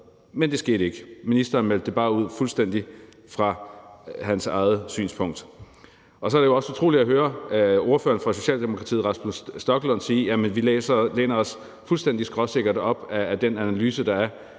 men det skete ikke. Ministeren meldte det bare ud fuldstændig fra sit eget synspunkt. Så er det også utroligt at høre ordføreren fra Socialdemokratiet, Rasmus Stoklund, sige: Jamen vi læner os fuldstændig skråsikkert op ad den analyse, der er.